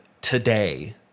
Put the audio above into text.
today